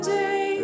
day